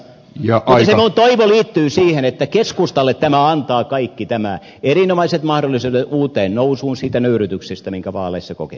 mutta se minun toivoni liittyy siihen että keskustalle kaikki tämä antaa erinomaiset mahdollisuudet uuteen nousuun siitä nöyryytyksestä minkä vaaleissa koimme